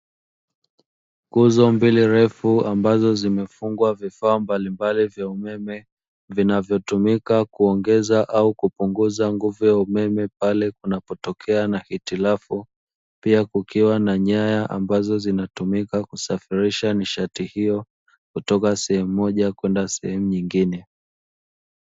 Nguzo mbili refu ambazo zimefungwa vifaa mbalimbali vya umeme vinavyotumika kuongeza au kupunguza nguvu ya umeme pale kunapotokea na hitilafu, pia kukiwa na nyaya ambazo zinatumika kusafirisha nishati hiyo kutoka sehemu moja kwenda sehemu nyingine.